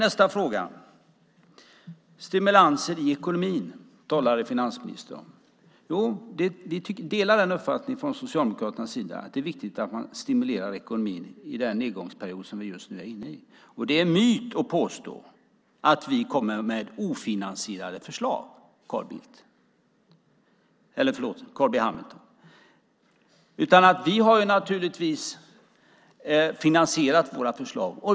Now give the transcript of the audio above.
Nästa fråga är stimulanser i ekonomin, som finansministern talar om. Vi delar från Socialdemokraternas sida uppfattningen att det är viktigt att man stimulerar ekonomin i den nedgångsperiod som vi just nu är inne i. Det är en myt att påstå att vi kommer med ofinansierade förslag, Carl B Hamilton. Vi har naturligtvis finansierat våra förslag.